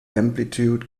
amplitude